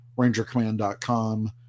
rangercommand.com